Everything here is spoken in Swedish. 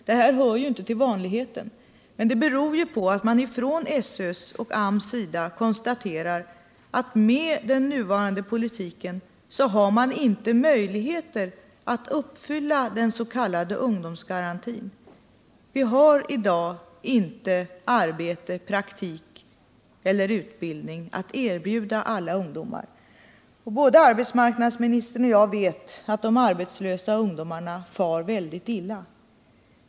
Detta hör ju inte till vanligheten, men det beror på att man från SÖ:s och AMS:s sida konstaterar att man med den nuvarande politiken inte har möjligheter att uppfylla den s.k. ungdomsgarantin. Vi har i dag inte arbete, praktik eller utbildning att erbjuda alla ungdomar. Både arbetsmarknadsministern och jag vet att de arbetslösa ungdomarna far väldigt illa.